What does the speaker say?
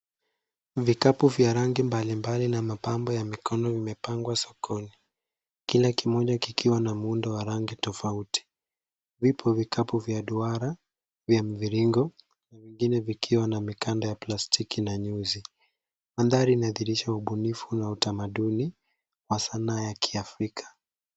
Vikapu vya rangi mbalimbali na mapambo ya mikono vimepangwa sokoni. Kila kimoja kikiwa na muundo wa rangi tofauti. Vipo vikapu vya duara, vya mviringo, vingine vikiwa na mikanda ya plastiki na nyuzi. Mandhari inadhihirisha ubunifu na utamaduni wa sanaa ya kiafrika.